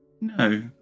No